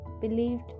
believed